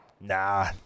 nah